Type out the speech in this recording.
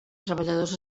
treballadors